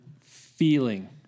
feeling